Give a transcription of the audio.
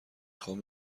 خوام